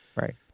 Right